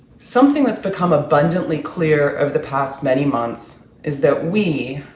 something that's become abundantly clear of the past many months is that we,